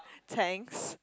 thanks